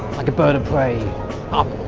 like a bird of prey up.